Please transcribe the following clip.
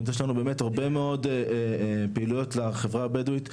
אז יש לנו באמת הרבה מאוד פעילויות לחברה הבדואיות,